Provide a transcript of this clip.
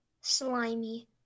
Slimy